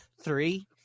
three